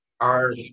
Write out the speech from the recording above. our-